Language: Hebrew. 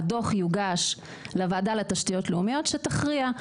הדוח יוגש לוועדה לתשתיות לאומיות שתכריע.